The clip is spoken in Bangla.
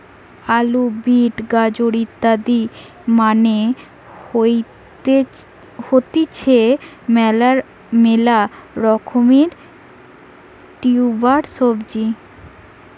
আলু, বিট, গাজর ইত্যাদি মানে হতিছে মেলা রকমের টিউবার সবজি